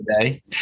today